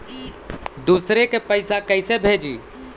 दुसरे के पैसा कैसे भेजी?